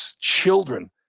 children